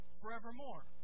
forevermore